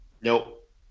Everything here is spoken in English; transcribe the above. nope